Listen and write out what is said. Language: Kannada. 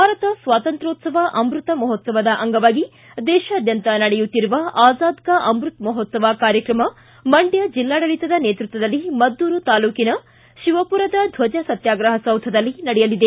ಭಾರತ ಸ್ವಾತಂತ್ರೊ ್ಯೇತ್ಸವ ಅಮೃತ ಮಹೋತ್ಸವದ ಅಂಗವಾಗಿ ದೇಶಾದ್ಯಂತ ನಡೆಯುತ್ತಿರುವ ಆಜಾದ್ ಕಾ ಅಮೃತ್ ಮಹೋತ್ಸವ ಕಾರ್ಯಕ್ರಮ ಮಂಡ್ಯ ಜಿಲ್ಲಾಡಳಿತದ ನೇತೃತ್ವದಲ್ಲಿ ಮದ್ದೂರು ತಾಲ್ಲೂಕಿನ ಶಿವಪುರದ ಧ್ವಜ ಸತ್ಯಾಗ್ರಹ ಸೌಧದಲ್ಲಿ ನಡೆಯಲಿದೆ